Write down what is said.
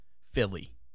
Philly